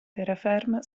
terraferma